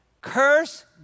Curse